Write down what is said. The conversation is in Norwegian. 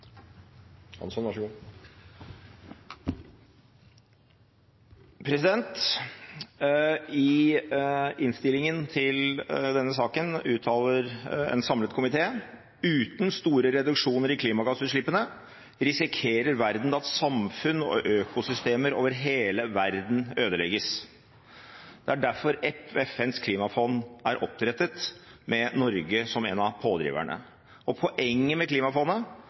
I innstillingen til denne saken uttaler en samlet komité: «Uten store reduksjoner i klimagassutslippene risikerer man at samfunn og økosystemer over hele verden ødelegges.» Det er derfor FNs klimafond er opprettet, med Norge som en av pådriverne. Poenget med Klimafondet